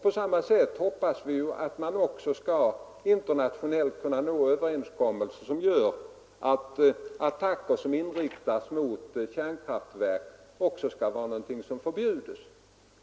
På samma sätt hoppas vi att man internationellt skall kunna nå överenskommelser som förbjuder attacker mot kärnkraftverk.